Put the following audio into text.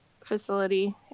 facility